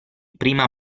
prima